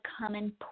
common